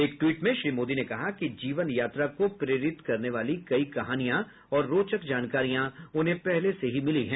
एक ट्वीट में श्री मोदी ने कहा कि जीवन यात्रा को प्रेरित करने वाली कई कहानियां और रोचक जानकारियां उन्हें पहले से ही मिली हैं